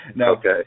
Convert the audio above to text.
Okay